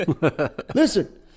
Listen